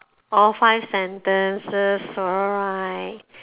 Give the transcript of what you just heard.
all five sentences alright